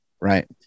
Right